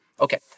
Okay